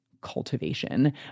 cultivation